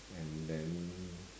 and then